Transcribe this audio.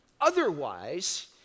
Otherwise